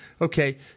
okay